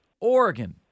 Oregon